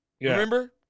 remember